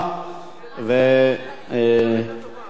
נא להצביע.